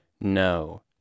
No